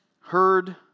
heard